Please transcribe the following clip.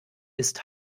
ist